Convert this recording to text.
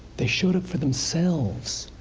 they showed up for themselves.